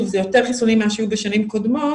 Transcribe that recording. שוב, זה יותר חיסונים מאשר בשנים קודמות,